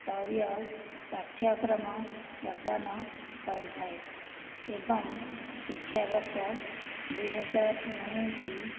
ସ୍ତରୀୟ ପାଠ୍ୟକ୍ରମ ପ୍ରଦାନ କରିଥାଏ ଏବଂ ଶିକ୍ଷାବର୍ଷ ଦୁଇ ହଜାର ଉଣେଇଶ